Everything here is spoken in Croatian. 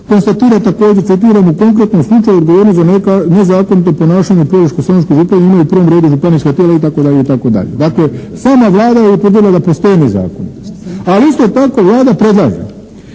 konstatira također, citiram "U konkretnom slučaju odgovornost za nezakonito ponašanje u Požeško-slavonskoj županiji imaju u prvom redu županijska tijela" itd. Dakle, sama Vlada je utvrdila da postoji nezakonitost, ali isto tako Vlada predlaže